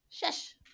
Shush